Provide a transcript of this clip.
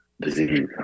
disease